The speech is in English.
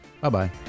Bye-bye